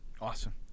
awesome